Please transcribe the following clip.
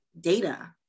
data